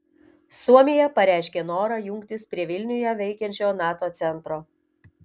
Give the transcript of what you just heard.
suomija pareiškė norą jungtis prie vilniuje veikiančio nato centro